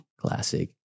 Classic